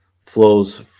flows